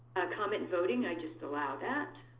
comment voting, i just allow that.